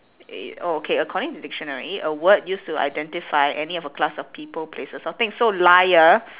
it okay according to dictionary a word used to identify any of a class of people places or thing so liar